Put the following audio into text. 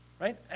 Right